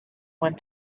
went